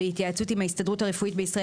בהתייעצות עם ההסתדרות הרפואית בישראל